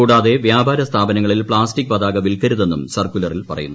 കൂടാതെ വ്യാപാരസ്ഥാപനങ്ങളിൽ പ്താസ്റ്റിക് പതാക് വിൽക്കരുതെന്നും സർക്കുലറിൽ പറയുന്നു